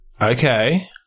Okay